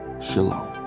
Shalom